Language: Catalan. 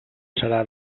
serà